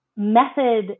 method